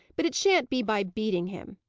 but it shan't be by beating him.